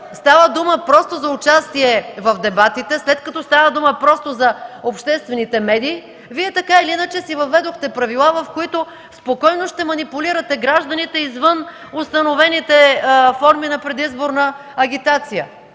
става дума просто за участие в дебатите, след като става дума просто за обществените медии, Вие така или иначе си въведохте правила, в които спокойно ще манипулирате гражданите извън установените форми на предизборна агитация.